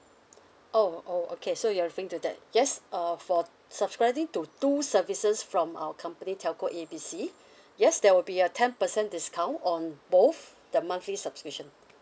oh oh okay so you're referring to that yes uh for subscribing to two services from our company telco A B C yes there will be a ten percent discount on both the monthly subscription